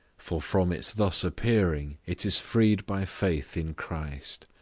for from its thus appearing, it is freed by faith in christ.